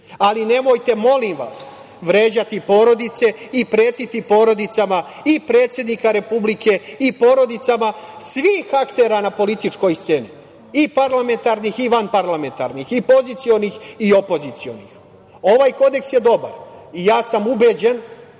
ali nemojte molim vas vređati porodice i pretiti porodicama i predsednika Republike i porodicama svih aktera na političkoj sceni, parlamentarnih i vanparlamentarnih, pozicionih i opozicionih. Ovaj Kodeks je dobar i ja sam ubeđen